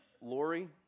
Lori